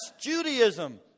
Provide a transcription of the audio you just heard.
Judaism